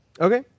Okay